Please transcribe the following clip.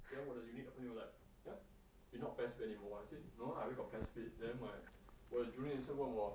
then 我的 unit 的朋友 like eh you not PES fit anymore I said no lah where got PES fit then my 我的 junior 也是问我